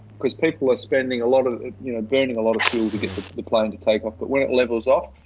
cause people are spending a lot of, you know, burning a lot of fuel to get to the plan to take off. but when it levels off,